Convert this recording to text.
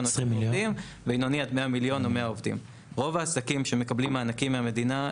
רוב העסקים שמקבלים מענקים מהמדינה,